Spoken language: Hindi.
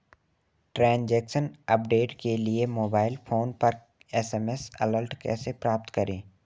ट्रैन्ज़ैक्शन अपडेट के लिए मोबाइल फोन पर एस.एम.एस अलर्ट कैसे प्राप्त करें?